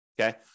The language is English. okay